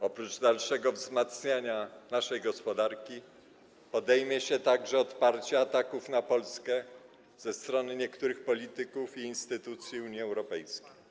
Oprócz dalszego wzmacniania naszej gospodarki podejmie się także odparcia ataków na Polskę ze strony niektórych polityków i instytucji Unii Europejskiej.